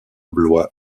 blois